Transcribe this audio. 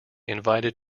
invited